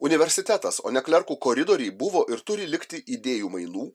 universitetas o ne klerkų koridoriai buvo ir turi likti idėjų mainų